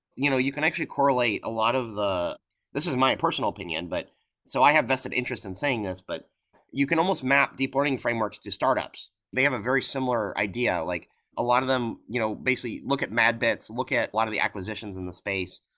you know you can actually correlate a lot of the this is my personal opinion, but so i have vested interest in saying this, but you can almost map deep learning frameworks to startups they have a very similar idea. like a lot of them you know basically look at madbits, look at a lot of the acquisitions in the space,